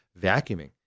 vacuuming